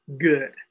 good